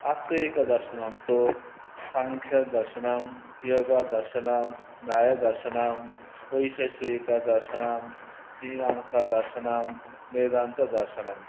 आस्तिकदर्शनं तु साङ्ख्यदर्शनं योगदर्शनं न्यायदर्शनं वैशेषिकदर्शनं मीमांसादर्शनं वेदान्तदर्शनम्